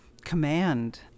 command